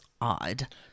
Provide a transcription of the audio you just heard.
odd